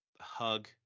hug